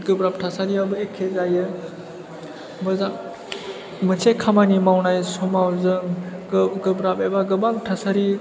गोब्राब थासारियावबो एखे जायो मोजां मोनसे खामानि मावनाय समाव जों गोब्राब एबा गोबां थासारि